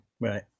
Right